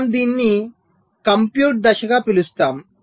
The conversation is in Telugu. మనము దీనిని కంప్యూట్ దశగా పిలుస్తాము